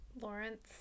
Lawrence